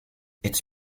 its